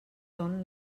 ton